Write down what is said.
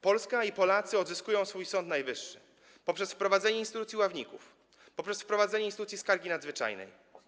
Polska i Polacy odzyskują swój Sąd Najwyższy poprzez wprowadzenie instytucji ławników, poprzez wprowadzenie instytucji skargi nadzwyczajnej.